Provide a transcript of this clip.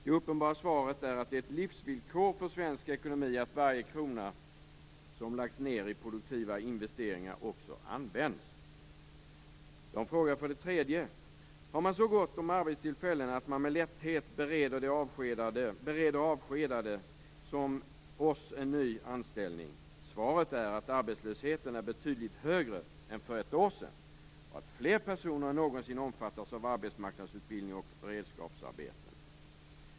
Det uppenbara svaret är att det är ett livsvillkor för svensk ekonomi att varje krona som lagts ned i produktiva investeringar också används. De frågar för det tredje: Har man så gott om arbetstillfällen att man med lätthet bereder avskedade som oss en ny anställning? Svaret är att arbetslösheten är betydligt högre än för ett år sedan, och att fler personer än någonsin omfattas av arbetsmarknadsutbildning och beredskapsarbeten.